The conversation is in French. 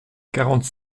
quarante